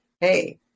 hey